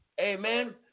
Amen